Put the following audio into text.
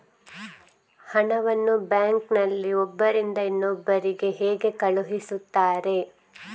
ಹಣವನ್ನು ಬ್ಯಾಂಕ್ ನಲ್ಲಿ ಒಬ್ಬರಿಂದ ಇನ್ನೊಬ್ಬರಿಗೆ ಹೇಗೆ ಕಳುಹಿಸುತ್ತಾರೆ?